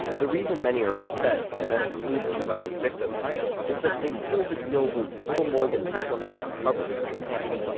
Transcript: the reason many are upset, and that includes surviving victims is that they feel the deal was little more than diplomatic cover for japan.